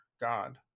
god